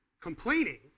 Complaining